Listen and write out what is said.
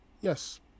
Yes